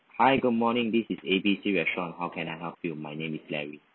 hi good morning this is A B C restaurant how can I help you my name is larry